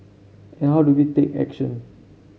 and how do we take action